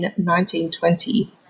1920